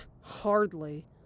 Hardly